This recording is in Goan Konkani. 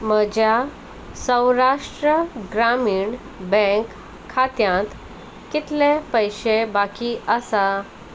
म्हज्या सौराष्ट्र ग्रामीण बँक खात्यांत कितले पयशे बाकी आसा